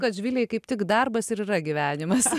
kad živilei kaip tik darbas ir yra gyvenimas